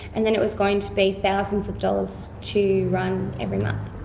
and then it was going to be thousands of dollars to run every month.